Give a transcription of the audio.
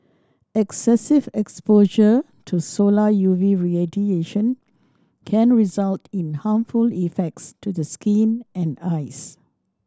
excessive exposure to solar U V radiation can result in harmful effects to the skin and eyes